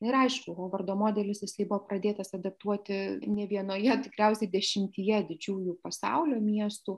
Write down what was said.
ir aišku hovardo modelius jisai buvo pradėtas adaptuoti ne vienoje tikriausiai dešimtyje didžiųjų pasaulio miestų